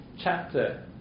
chapter